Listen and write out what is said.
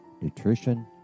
nutrition